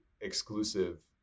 exclusive